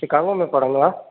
Chicago में पढ़ंदो आहे